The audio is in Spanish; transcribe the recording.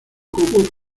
como